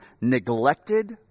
neglected